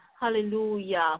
hallelujah